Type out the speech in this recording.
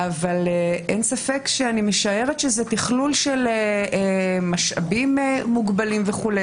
אבל אין ספק שאני משערכת שזה תכלול של משאבים מוגבלים וכו',